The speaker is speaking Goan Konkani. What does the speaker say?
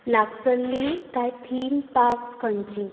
लागसल्लींं कांय थीम पार्क्स खंयचीं